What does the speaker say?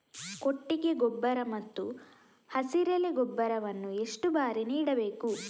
ಕೊಟ್ಟಿಗೆ ಗೊಬ್ಬರ ಮತ್ತು ಹಸಿರೆಲೆ ಗೊಬ್ಬರವನ್ನು ಎಷ್ಟು ಬಾರಿ ನೀಡಬೇಕು?